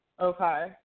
Okay